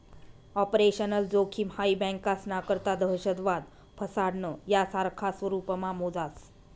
operational जोखिम हाई बँकास्ना करता दहशतवाद, फसाडणं, यासारखा स्वरुपमा मोजास